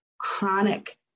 chronic